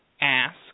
ask